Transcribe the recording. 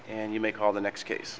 and you may call the next case